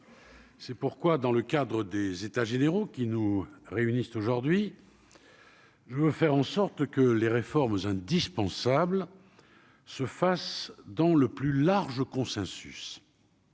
C'est pourquoi, dans le cadre des états généraux qui nous réunissent aujourd'hui. Je veux faire en sorte que les réformes aux indispensable se fasse dans le plus large consensus,